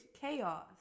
chaos